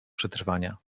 przetrwania